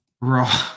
Raw